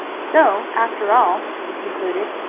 so, after all, he concluded,